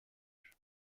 âge